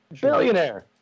Billionaire